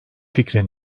fikri